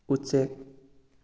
ꯎꯆꯦꯛ